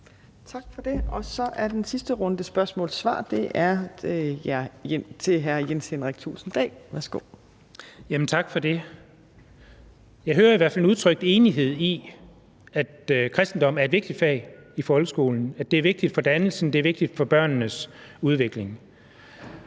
til hr. Jens Henrik Thulesen Dahl. Kl. 15:48 Jens Henrik Thulesen Dahl (DF): Tak for det. Jeg hører i hvert fald en udtrykt enighed om, at kristendom er et vigtigt fag i folkeskolen. Det er vigtigt for dannelsen, det er vigtigt for børnenes udvikling.